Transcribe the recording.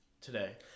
today